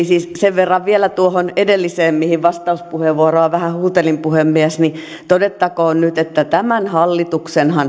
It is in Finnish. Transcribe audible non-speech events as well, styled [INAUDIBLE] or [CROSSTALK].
[UNINTELLIGIBLE] siis sen verran vielä tuohon edelliseen mihin vastauspuheenvuoroa vähän huutelin puhemies todettakoon nyt että tämän hallituksen